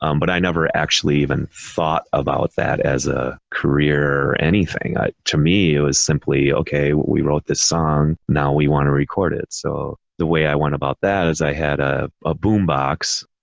um but i never actually even thought about that as a career or anything. to me it was simply, okay, we wrote this song, now we want to record it. so the way i went about that is i had a ah boombox,